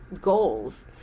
goals